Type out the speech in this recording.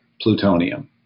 plutonium